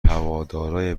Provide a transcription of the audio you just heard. هوادارای